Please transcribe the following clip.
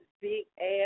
big-ass